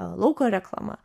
lauko reklama